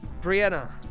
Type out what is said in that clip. Brianna